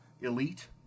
elite